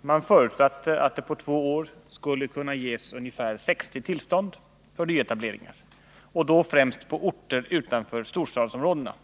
Man förutsatte att det på två år skulle kunna ges ungefär 60 tillstånd för nyetableringar, och då främst på orter utanför storstadsområdena.